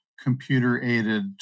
computer-aided